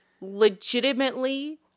legitimately